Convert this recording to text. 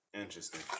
Interesting